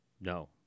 No